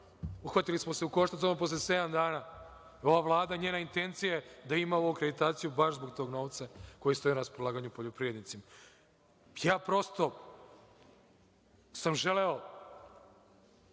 uhvatili smo se u koštac samo posle sedam dana. Ova Vlada i njena intencija je da imam ovu akreditaciju baš zbog tog novca koji stoji na raspolaganju poljoprivrednicima. Prosto sam želeo